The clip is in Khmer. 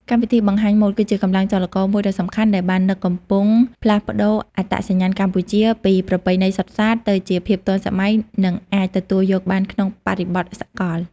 កម្មវិធីបង្ហាញម៉ូដគឺជាកម្លាំងចលករមួយដ៏សំខាន់ដែលបាននឹងកំពុងផ្លាស់ប្តូរអត្តសញ្ញាណកម្ពុជាពីប្រពៃណីសុទ្ធសាធ ទៅជាភាពទាន់សម័យ និងអាចទទួលយកបានក្នុងបរិបទសកល។